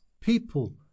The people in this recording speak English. people